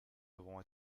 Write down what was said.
devront